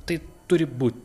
tai turi būt